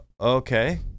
okay